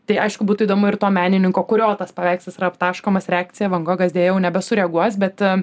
tai aišku būtų įdomu ir to menininko kurio tas paveikslas yra aptaškomas reakcija van gogas deja jau nebesureaguos bet